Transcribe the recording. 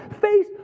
face